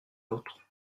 nôtres